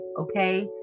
okay